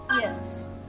yes